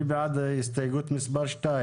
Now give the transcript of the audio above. מי בעד הסתייגות מספר 2